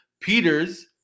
Peters